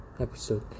episode